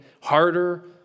harder